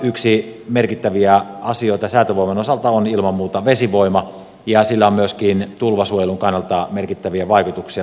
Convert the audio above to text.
yksi merkittävä asia säätövoiman osalta on ilman muuta vesivoima ja sillä on myöskin tulvasuojelun kannalta merkittäviä vaikutuksia